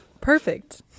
perfect